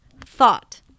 thought